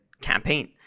campaign